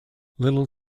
little